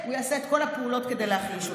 הוא יעשה את כל הפעולות כדי להחליש אותה.